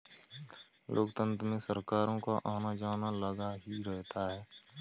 लोकतंत्र में सरकारों का आना जाना लगा ही रहता है